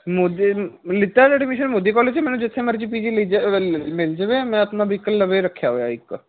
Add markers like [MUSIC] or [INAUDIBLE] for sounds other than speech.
ਮੋਦੀ ਮ ਲਿੱਤਾ admission Modi college 'ਚ ਮੈਨੂੰ ਜਿੱਥੇ ਮਰਜ਼ੀ ਪੀ ਜੀ ਲੀ ਜਾ [UNINTELLIGIBLE] ਮਿਲ ਜਾਵੇ ਮੈਂ ਆਪਣਾ ਵਹੀਕਲ ਲਵੇ ਰੱਖਿਆ ਹੋਇਆ ਇੱਕ